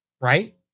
right